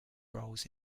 roles